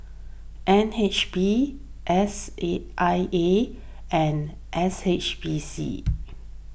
N H B S E I A and S H B C